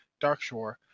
Darkshore